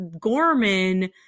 Gorman